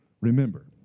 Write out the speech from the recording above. Remember